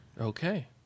Okay